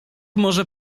może